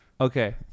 Okay